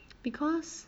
because